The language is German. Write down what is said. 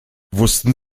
wussten